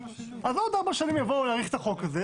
אז בעוד ארבע שנים יאריכו את החוק הזה,